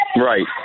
Right